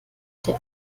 der